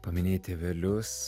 paminėjai tėvelius